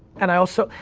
and i also,